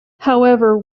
however